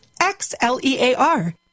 X-L-E-A-R